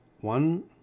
one